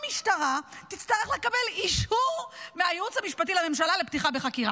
המשטרה תצטרך לקבל אישור מהייעוץ המשפטי לממשלה לפתיחה בחקירה.